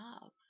love